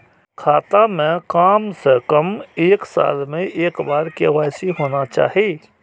खाता में काम से कम एक साल में एक बार के.वाई.सी होना चाहि?